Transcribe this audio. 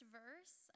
verse